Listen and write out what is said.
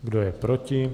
Kdo je proti?